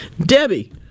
Debbie